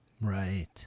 Right